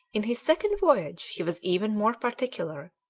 in his second voyage he was even more particular,